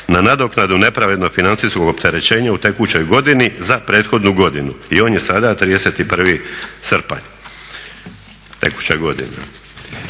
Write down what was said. na nadoknadu nepravednog financijskog opterećenja u tekućoj godini za prethodnu godinu i on je sada 31. srpanj tekuće godine